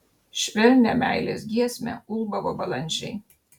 švelnią meilės giesmę ulbavo balandžiai